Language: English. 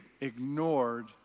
ignored